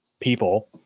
people